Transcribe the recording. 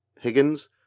Higgins